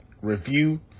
review